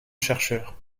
chercheur